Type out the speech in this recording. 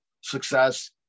success